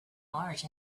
large